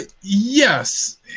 Yes